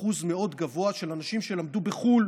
אחוז מאוד גבוה של אנשים שלמדו בחו"ל